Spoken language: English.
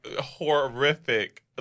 horrific